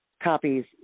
Copies